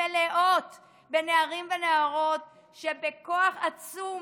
מלאות בנערים ונערות שבכוח עצום